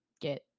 get